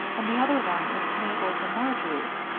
and the other one is mabel's and marjory's.